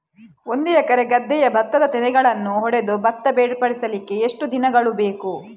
ಒಂದು ಎಕರೆ ಗದ್ದೆಯ ಭತ್ತದ ತೆನೆಗಳನ್ನು ಹೊಡೆದು ಭತ್ತ ಬೇರ್ಪಡಿಸಲಿಕ್ಕೆ ಎಷ್ಟು ದಿನಗಳು ಬೇಕು?